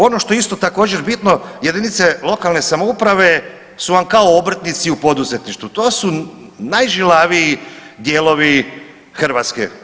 Ono što je isto također bitno jedinice lokalne samouprave su vam kao obrtnici u poduzetništvu, to su najžilaviji dijelovi Hrvatske.